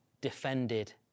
defended